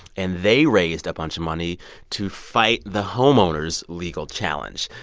and they raised a bunch of money to fight the homeowners' legal challenge.